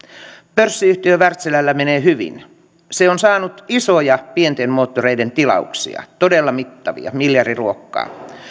pörssiyhtiö wärtsilällä menee hyvin se on saanut isoja pienten moottoreiden tilauksia todella mittavia miljardiluokkaa